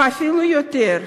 או אפילו יותר,